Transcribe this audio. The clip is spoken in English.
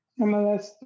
MLS